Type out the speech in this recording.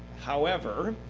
however,